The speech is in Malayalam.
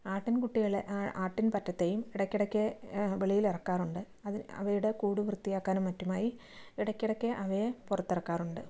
ആട്ടിൻ കൂട്ടികളെ ആ ആട്ടിൻ പറ്റത്തെയും ഇടയ്ക്ക് ഇടയ്ക്ക് വെളിയിൽ എറക്കാറുണ്ട് അത് അവയുടെ കൂട് വൃത്തിയാക്കാനും മറ്റുമായി ഇടയ്ക്ക് ഇടയ്ക്ക് അവയെ പുറത്തിറക്കാറുണ്ട്